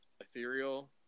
ethereal